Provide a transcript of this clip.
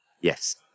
Yes